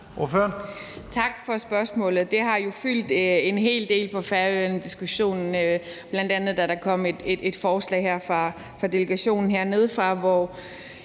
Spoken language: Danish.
Tak for spørgsmålet. Diskussionen har jo fyldt en hel del på Færøerne, bl.a. da der kom et forslag fra delegationen hernedefra,